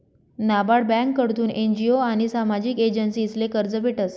नाबार्ड ब्यांककडथून एन.जी.ओ आनी सामाजिक एजन्सीसले कर्ज भेटस